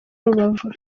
rubavu